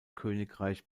königreich